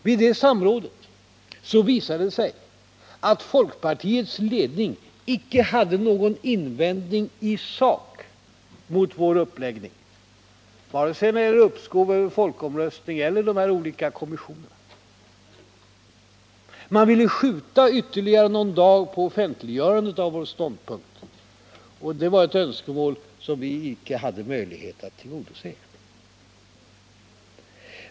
Vid det samrådet visade det sig att folkpartiets ledning icke hade någon invändning i sak mot vår uppläggning vare sig när det gällde uppskov, folkomröstning eller de olika kommissionerna. Man ville skjuta ytterligare någon dag på offentliggörandet av vår ståndpunkt, och det var ett önskemål som vi inte hade möjlighet att tillgodose.